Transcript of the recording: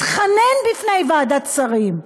התחנן בפני ועדת שרים.